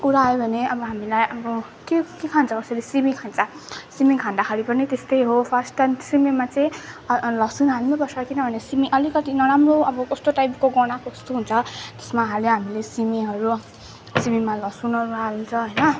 कुरा आयो भने अब हामीलाई अब के के खान्छ कसैले सिमी खान्छ सिमी खाँदाखेरि पनि त्यस्तै हो फर्स्ट टाइम सिमीमा चाहिँ लसुन हाल्नै पर्छ किनभने सिमी अलिकति नराम्रो अब कस्तो टाइपको गनाएको जस्तो हुन्छ त्यसमा हाल्ने हामीले सिमीहरू सिमीमा लसुनहरू हाल्छ होइन